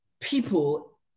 people